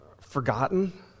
forgotten